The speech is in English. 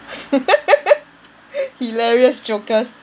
hilarious jokers